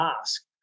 ask